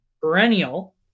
Perennial